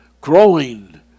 growing